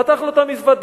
פתח לו את המזוודה.